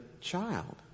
child